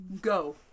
Go